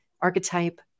archetype